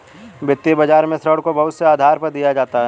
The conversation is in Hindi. वित्तीय बाजार में ऋण को बहुत से आधार पर दिया जाता है